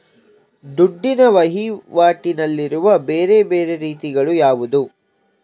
ದುಡ್ಡಿನ ವಹಿವಾಟಿನಲ್ಲಿರುವ ಬೇರೆ ಬೇರೆ ರೀತಿಗಳು ಯಾವುದು?